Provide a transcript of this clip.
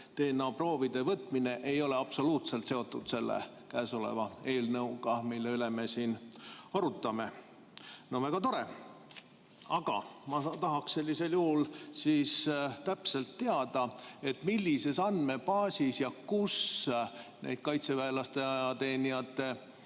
DNA-proovide võtmine ei ole absoluutselt seotud selle käesoleva eelnõuga, mille üle me siin arutame. No väga tore. Aga ma tahaks sellisel juhul siis täpselt teada, millises andmebaasis ja kus neid kaitseväelaste, ajateenijate